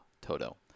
Toto